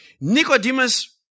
Nicodemus